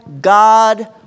God